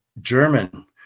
German